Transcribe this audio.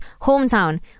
hometown